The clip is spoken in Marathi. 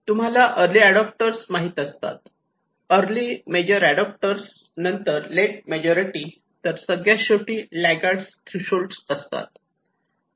तुम्हाला अर्ली एडाप्टर माहित असतात अर्ली मेजर मेजॉरिटी एडाप्टर नंतर लेट मेजॉरिटी तर सगळ्यात शेवटी लागार्ड्स थ्रेशोल्ड असतात